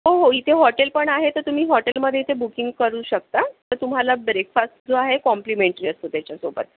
हो हो इथे हॉटेल पण आहे तर तुम्ही हॉटेलमध्ये इथे बुकिंग करू शकता तर तुम्हाला ब्रेकफास जो आहे कॉमप्लीमेंटरी असतो त्याच्या सोबत